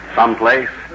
someplace